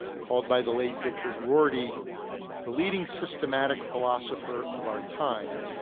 called by the late richard rorty the leading systematic philosopher of our time,